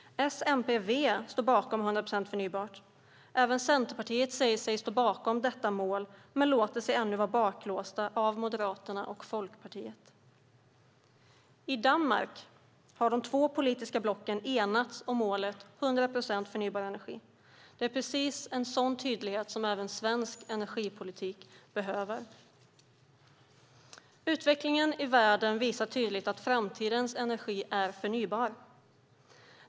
S, MP och V står bakom målet om 100 procent förnybart. Även Centerpartiet säger sig stå bakom detta mål, men man låter sig ännu låsas in av Moderaterna och Folkpartiet. I Danmark har de två politiska blocken enats om målet 100 procent förnybar energi. Det är precis en sådan tydlighet som även svensk energipolitik behöver. Utvecklingen i världen visar tydligt att framtidens energi är förnybar.